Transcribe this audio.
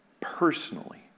personally